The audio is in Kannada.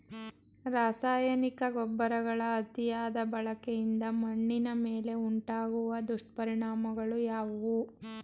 ರಾಸಾಯನಿಕ ಗೊಬ್ಬರಗಳ ಅತಿಯಾದ ಬಳಕೆಯಿಂದ ಮಣ್ಣಿನ ಮೇಲೆ ಉಂಟಾಗುವ ದುಷ್ಪರಿಣಾಮಗಳು ಯಾವುವು?